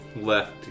left